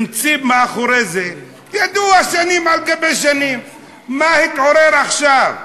אנחנו חושבים שמדובר בהצעת חוק שלא פותרת את הבעיה,